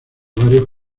varios